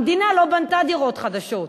המדינה לא בנתה דירות חדשות.